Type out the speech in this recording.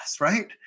right